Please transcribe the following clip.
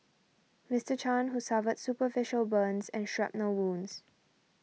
Mister Chan who suffered superficial burns and shrapnel wounds